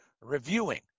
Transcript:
reviewing